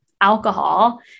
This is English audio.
alcohol